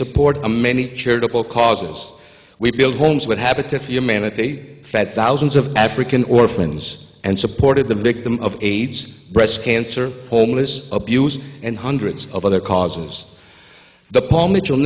support a many charitable causes we build homes with habitat for humanity fed thousands of african orphans and supported the victim of aids breast cancer homeless abuse and hundreds of other causes the paul mitchell